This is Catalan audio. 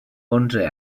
onze